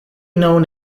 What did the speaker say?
known